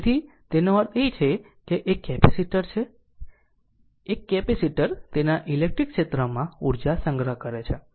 તેથી તેથી તેનો અર્થ એ છે કે તે એક કેપેસિટર છે એક કેપેસિટર તેના ઇલેક્ટ્રિક ક્ષેત્રમાં ઉર્જા સંગ્રહ કરે છે